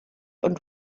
und